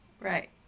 right